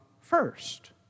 first